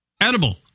edible